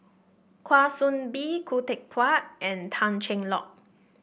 Kwa Soon Bee Khoo Teck Puat and Tan Cheng Lock